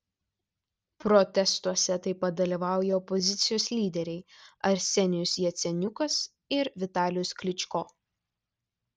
protestuose taip pat dalyvauja opozicijos lyderiai arsenijus jaceniukas ir vitalijus klyčko